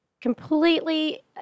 completely